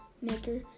Maker